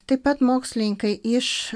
taip pat mokslininkai iš